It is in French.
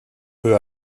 peu